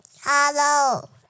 Hello